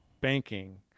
banking